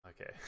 okay